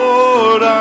Lord